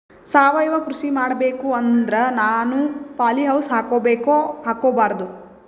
ಸಾವಯವ ಕೃಷಿ ಮಾಡಬೇಕು ಅಂದ್ರ ನಾನು ಪಾಲಿಹೌಸ್ ಹಾಕೋಬೇಕೊ ಹಾಕ್ಕೋಬಾರ್ದು?